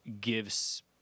gives